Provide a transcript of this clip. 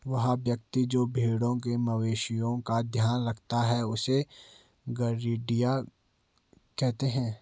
वह व्यक्ति जो भेड़ों मवेशिओं का ध्यान रखता है उससे गरेड़िया कहते हैं